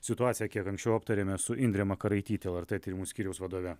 situaciją kiek anksčiau aptarėme su indre makaraityte lrt tyrimų skyriaus vadove